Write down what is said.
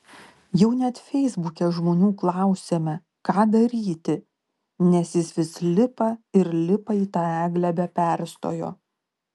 jau net feisbuke žmonių klausėme ką daryti nes jis vis lipa ir lipa į tą eglę be perstojo